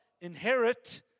inherit